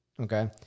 okay